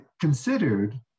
considered